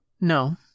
No